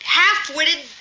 half-witted